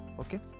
okay